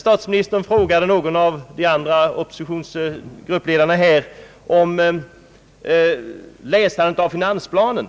Statsministern undrade om gruppledarna inom oppositionen hade läst finansplanen.